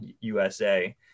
USA